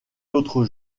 l’autre